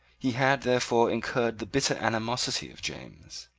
he had therefore incurred the bitter animosity of james.